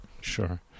Sure